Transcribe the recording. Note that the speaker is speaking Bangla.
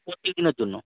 প্রতিদিনের জন্য